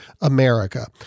America